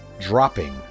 dropping